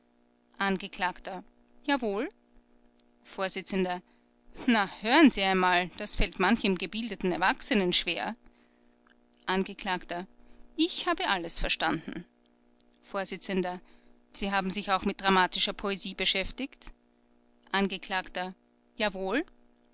angekl jawohl vors na hören sie einmal das fällt manchem gebildeten erwachsenen schwer angekl ich habe alles verstanden vors sie haben sich auch mit dramatischer poesie beschäftigt angekl jawohl